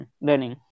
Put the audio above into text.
learning